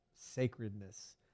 sacredness